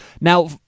Now